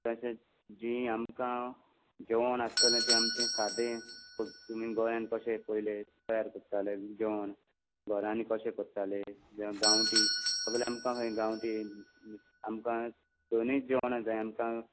तशें जी आमकां जेवण आसतले तें आमचें सादें सो तुमी गोंयांत कशें पयले तयार कोत्ताले जवोण घोरांनी कोशें कोत्ताले जावं गांवठी सोगलें आमकां गांवठी आमकां दोनूय जेवणां जाय आमकां